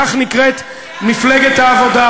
כך נקראת מפלגת העבודה,